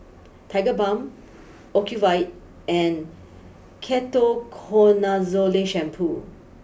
Tigerbalm Ocuvite and Ketoconazole Shampoo